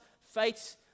fate